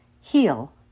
heal